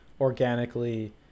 organically